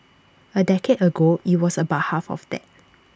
A decade ago IT was about half of that